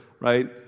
right